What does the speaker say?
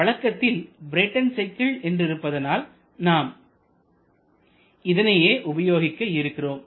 வழக்கத்தில் Brayton cycle என்று இருப்பதனால் நாம் இதனையே உபயோகிக்க இருக்கிறோம்